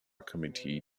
committee